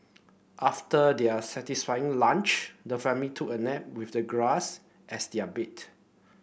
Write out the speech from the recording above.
after their satisfying lunch the family took a nap with the grass as their bed